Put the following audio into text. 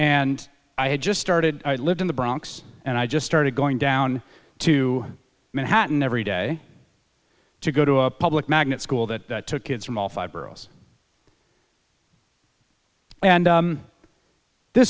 and i had just started i lived in the bronx and i just started going down to manhattan every day to go to a public magnet school that took kids from all five boroughs and